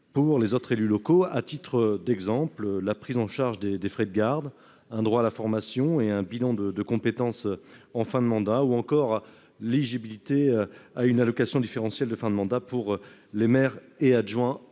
pour les autres élus locaux, notamment la prise en charge des frais de garde, un droit à la formation et à un bilan de compétence à la fin de leur mandat ou encore l'éligibilité à une allocation différentielle de fin de mandat. Cette démarche vise